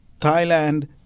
Thailand